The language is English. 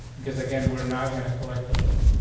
because again, we're not going to collect the form.